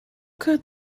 could